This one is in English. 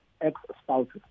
ex-spouses